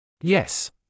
Yes